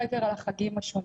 חקר על החגים השונים,